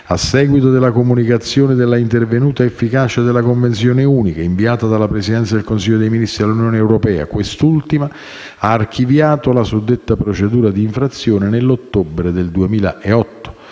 A seguito della comunicazione dell'intervenuta efficacia della convenzione unica inviata dalla Presidenza del Consiglio dei ministri all'Unione europea, quest'ultima ha archiviato la suddetta procedura di infrazione nell'ottobre del 2008.